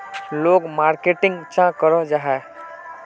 लोग मार्केटिंग चाँ करो जाहा?